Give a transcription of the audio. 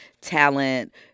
talent